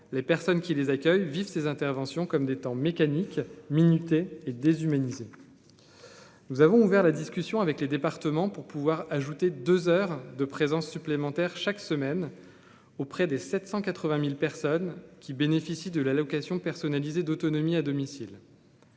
les personnes qui les accueille ces interventions comme des temps mécanique minuté et déshumanisé, nous avons ouvert la discussion avec les départements pour pouvoir ajouter deux heures de présence supplémentaire chaque semaine auprès des 780000 personnes qui bénéficient de l'allocation personnalisée d'autonomie à domicile.